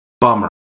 bummer